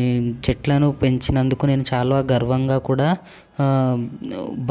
ఈ చెట్లను పెంచినందుకు నేను చాలా గర్వంగా కూడా